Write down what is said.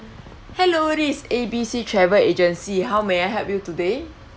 hello this is A B C travel agency how may I help you today